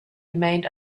remained